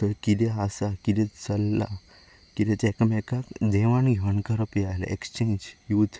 थंय कितें आसा कितें चल्लां कितें तें एकामेकांक देवण घेवण करप ह्या एक्शचेंज युथ